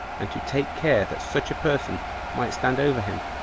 and to take care that such a person might stand over him,